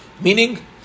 Meaning